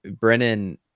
Brennan